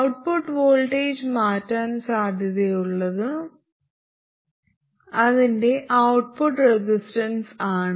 output voltage മാറ്റാൻ സാധ്യതയുള്ളത് അതിന്റെ ഔട്ട്പുട്ട് റെസിസ്റ്റൻസ് ആണ്